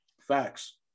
Facts